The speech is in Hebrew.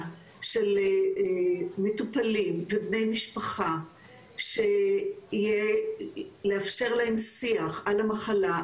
של מטופלים ובני משפחה כדי לאפשר להם שיח על המחלה,